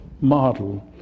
model